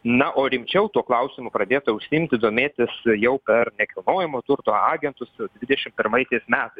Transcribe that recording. na o rimčiau tuo klausimu pradėta užsiimti domėtis jau per nekilnojamo turto agentus dvidešimt pirmaisiais metais